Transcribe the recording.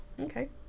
Okay